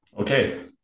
Okay